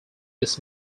this